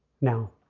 Now